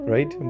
Right